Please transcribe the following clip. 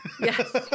Yes